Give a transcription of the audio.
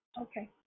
Okay